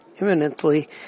imminently